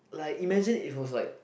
like imagine it was like